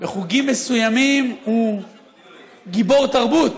בחוגים מסוימים הוא גיבור תרבות.